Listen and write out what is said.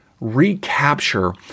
recapture